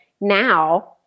now